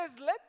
let